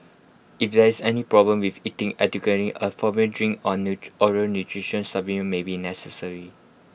if there is any problem with eating adequately A for drink oral nutrition supplement may be necessary